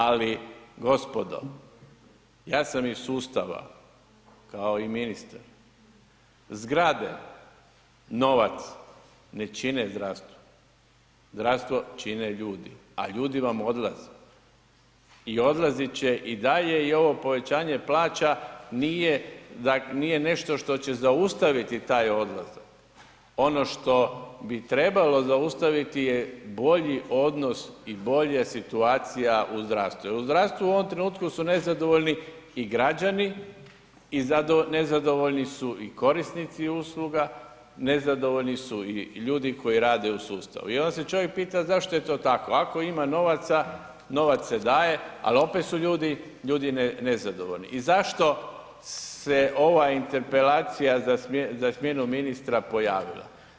Ali gospodo, ja sam iz sustava kao i ministar, zgrade, novac ne čine zdravstvo, zdravstvo čine ljudi, a ljudi vam odlaze i odlazit će i dalje i ovo povećanje plaća nije nešto što će zaustaviti taj odlazak, ono što bi trebalo zaustaviti je bolji odnos i bolja situacija u zdravstvu jer u zdravstvu u ovom trenutku su nezadovoljni i građani i nezadovoljni su i korisnici usluga, nezadovoljni su i ljudi koji rade u sustavu i onda se čovjek pita zašto je to tako, ako ima novaca, novac se daje, al opet su ljudi, ljudi nezadovoljni i zašto se ova interpelacija za smjenom ministra pojavila?